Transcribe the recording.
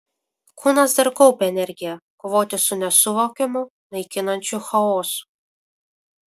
kūnas dar kaupė energiją kovoti su nesuvokiamu naikinančiu chaosu